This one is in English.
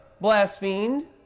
blasphemed